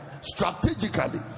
Strategically